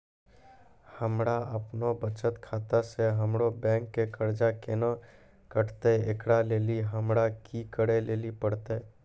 हमरा आपनौ बचत खाता से हमरौ बैंक के कर्जा केना कटतै ऐकरा लेली हमरा कि करै लेली परतै?